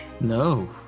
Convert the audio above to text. No